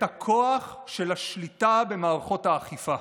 את הכוח של השליטה במערכות האכיפה: